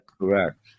Correct